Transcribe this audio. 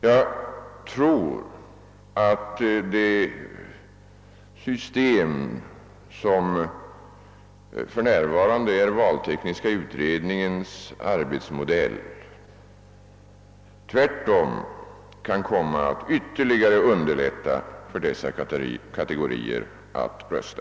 Jag tror att det system som för närvarande är valtekniska utredningens arbetsmodell tvärtom ytterligare kan underlätta för dessa kategorier att rösta.